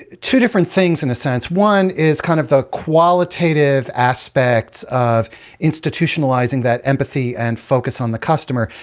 two different things, in a sense. one is kind of the qualitative aspects of institutionalizing that empathy and focus on the customer.